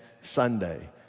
Sunday